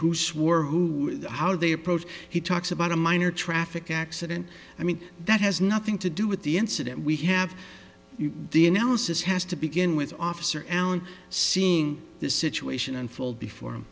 who swore who how they approach he talks about a minor traffic accident i mean that has nothing to do with the incident we have the analysis has to begin with officer allen seeing the situation unfold before